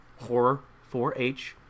Horror4H